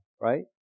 right